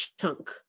chunk